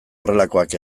horrelakoak